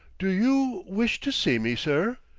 do you wish to see me, sir?